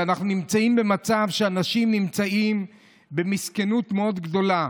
ואנחנו במצב שבו אנשים נמצאים במסכנות מאוד גדולה,